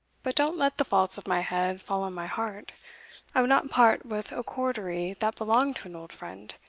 but don't let the faults of my head fall on my heart i would not part with a cordery that belonged to an old friend,